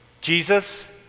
Jesus